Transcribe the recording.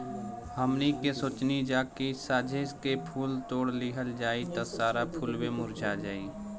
हमनी के सोचनी जा की साझे के फूल तोड़ लिहल जाइ त सारा फुलवे मुरझा जाइ